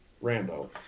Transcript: Rambo